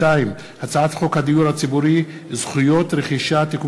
הצעת חוק הדיור הציבורי (זכויות רכישה) (תיקון